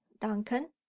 Duncan